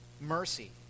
mercy